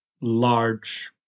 large